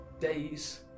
days